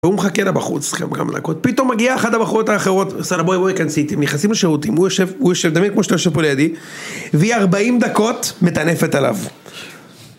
והוא מחכה להבחוץ, צריכים גם לנקות, פתאום מגיעה אחת הבחורות האחרות, שרה בואי בואי כנסי איתי, נכנסים לשירותים, הוא יושב, הוא יושב דמיין כמו שאתה יושב פה לידי, והיא ארבעים דקות מטנפת עליו.